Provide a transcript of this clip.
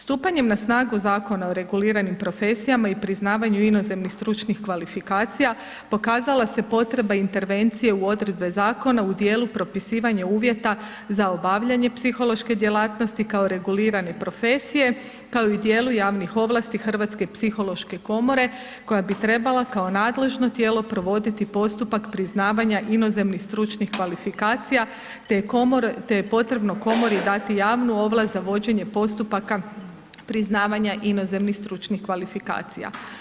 Stupanjem na snagu Zakona o reguliranim profesijama i priznavanju inozemnih stručnih kvalifikacija pokazala se potreba intervencije u odredbe zakona u dijelu propisivanje uvjeta za obavljanje psihološke djelatnosti kao regulirane profesije kao i u dijelu javnih ovlasti Hrvatske psihološke komore koja bi trebala kao nadležno tijelo provoditi postupak priznavanja inozemnih stručnih kvalifikacija te je potrebno komori dati javnu ovlast za vođenje postupaka priznavanja inozemnih stručnih kvalifikacija.